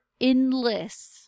endless